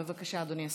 בבקשה, אדוני השר.